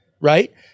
right